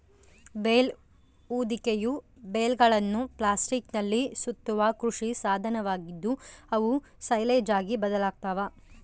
bale ಹೊದಿಕೆಯು ಬೇಲ್ಗಳನ್ನು ಪ್ಲಾಸ್ಟಿಕ್ನಲ್ಲಿ ಸುತ್ತುವ ಕೃಷಿ ಸಾಧನವಾಗಿದ್ದು, ಅವು ಸೈಲೇಜ್ ಆಗಿ ಬದಲಾಗ್ತವ